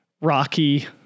rocky